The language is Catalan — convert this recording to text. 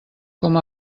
com